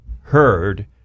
heard